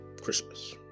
Christmas